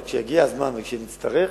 אבל כשיגיע הזמן, וכשנצטרך,